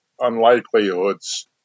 unlikelihoods